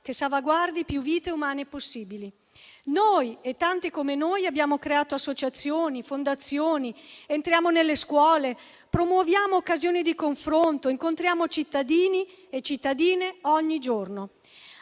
che salvaguardi più vite umane possibili. Noi e tanti come noi abbiamo creato associazioni, fondazioni; entriamo nelle scuole, promuoviamo occasioni di confronto, incontriamo cittadine e cittadini ogni giorno.